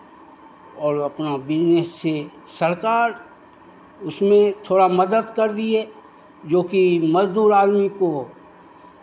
और अपना बिज़नेस से सरकार उसमें थोड़ा मदद कर दिए जोकि मज़दूर आदमी को